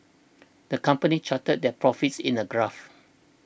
the company charted their profits in a graph